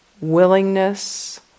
willingness